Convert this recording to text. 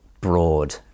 broad